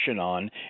on